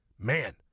man